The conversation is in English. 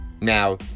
Now